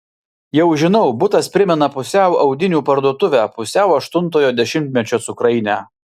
jau žinau butas primena pusiau audinių parduotuvę pusiau aštuntojo dešimtmečio cukrainę